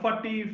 forty